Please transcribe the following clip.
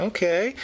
Okay